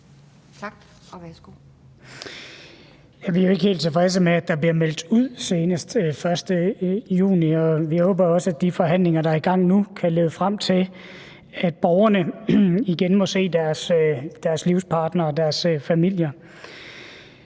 Vi er jo ikke helt tilfredse med, at der bliver meldt ud senest den 1. juni, og vi håber også, at de forhandlinger, der er i gang nu, kan lede frem til, at borgerne igen må se deres livspartnere og deres familier.